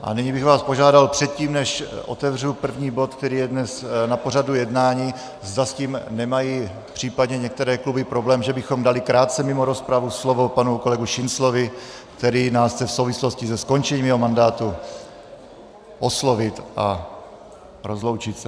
A nyní bych vás požádal předtím, než otevřu první bod, který je dnes na pořadu jednání, zda s tím nemají v případě některé kluby problém, že bychom dali krátce mimo rozpravu slovo panu kolegu Šinclovi, který nás chce v souvislosti se skončením svého mandátu oslovit a rozloučit se.